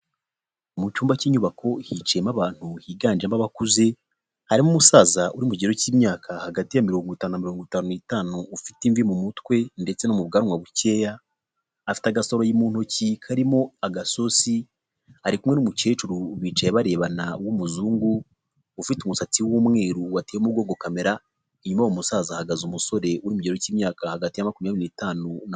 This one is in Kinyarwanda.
Mu cyumba cy'inyubako hicayemo abantu higanjemo abakuze, harimo umusaza uri mu kigero cy'imyaka hagati ya mirongo itanu na mirongo itanu n'itanu, ufite imvi mu mutwe ndetse no mu bwanwa bukeya, afite agasorori mu ntoki karimo agasosi, ari kumwe n'umukecuru bicaye barebana n'umuzungu, ufite umusatsi w'umweru wateye umugongo kamera inyuma y'uwo musaza, hahagaze umusore uri mu kigero cy'imyaka hagati ya makumyabiri n'itanu.